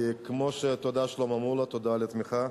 כי, תודה, שלמה מולה, תודה על התמיכה,